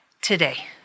today